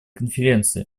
конференции